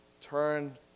Turn